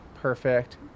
perfect